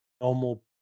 normal